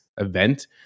event